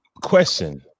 question